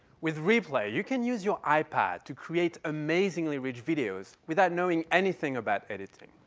with replay, you can use your ipad to create amazingly rich videos without knowing anything about editing.